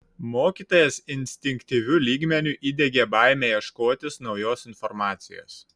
mokytojas instinktyviu lygmeniu įdiegė baimę ieškotis naujos informacijos